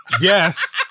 Yes